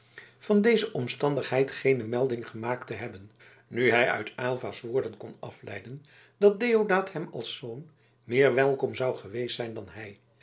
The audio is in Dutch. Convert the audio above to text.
van deze omstandigheid geene melding gemaakt te hebben nu hij uit aylva's woorden kon afleiden dat deodaat hem als zoon meer welkom zou geweest zijn dan hij